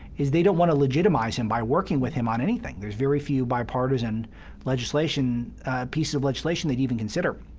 is they don't want to legitimatize him by working with him on anything. there's very few bipartisan legislation pieces of legislation they'd even consider.